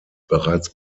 bereits